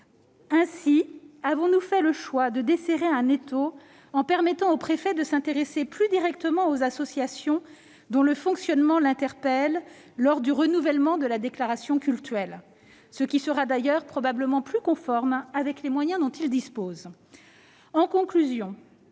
Aussi avons-nous fait le choix de desserrer un étau, en permettant aux préfets de s'intéresser plus directement aux associations dont le fonctionnement les interpelle lors du renouvellement de la déclaration cultuelle : cette mesure sera d'ailleurs sûrement davantage en adéquation avec les moyens dont ils disposent. En conclusion,